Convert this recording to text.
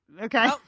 okay